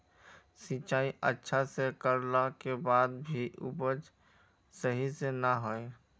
सिंचाई अच्छा से कर ला के बाद में भी उपज सही से ना होय?